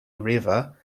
river